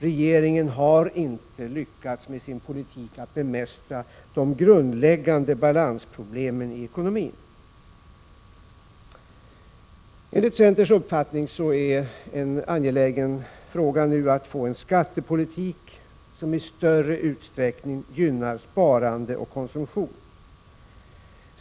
Regeringen har inte lyckats bemästra de grundläggande balansproblemen i ekonomin. Enligt centerns uppfattning är det en angelägen fråga nu att få en skattepolitik som i större utsträckning än den hittills förda gynnar sparande.